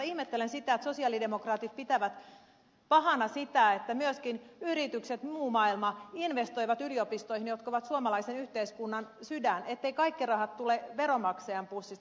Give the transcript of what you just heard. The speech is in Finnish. ihmettelen sitä että sosialidemokraatit pitävät pahana sitä että myöskin yritykset muu maailma investoivat yliopistoihin jotka ovat suomalaisen yhteiskunnan sydän etteivät kaikki rahat tule veronmaksajan pussista